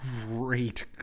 great